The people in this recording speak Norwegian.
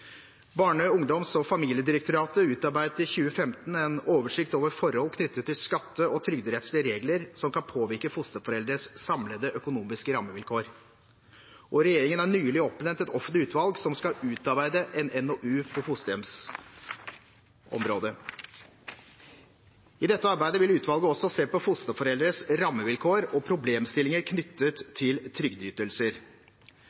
Barne-, ungdoms- og familiedirektoratet utarbeidet i 2015 en oversikt over forhold knyttet til skatte- og trygderettslige regler som kan påvirke fosterforeldres samlede økonomiske rammevilkår. Regjeringen har nylig oppnevnt et offentlig utvalg som skal utarbeide en NOU på fosterhjemsområdet. I dette arbeidet vil utvalget også se på fosterforeldres rammevilkår og problemstillinger knyttet